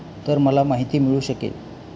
तर मला माहिती मिळू शकेल